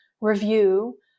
review